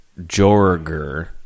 Jorger